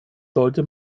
sollte